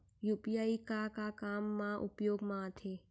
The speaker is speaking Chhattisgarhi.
यू.पी.आई का का काम मा उपयोग मा आथे?